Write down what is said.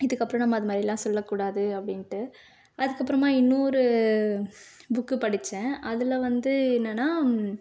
இதுக்கப்புறம் நம்ம அது மாதிரியெல்லாம் சொல்லக்கூடாது அப்படின்ட்டு அதுக்கப்புறமா இன்னொரு புக்கு படித்தேன் அதில் வந்து என்னென்னால்